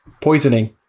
poisoning